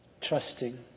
trusting